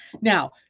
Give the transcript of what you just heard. Now